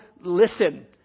listen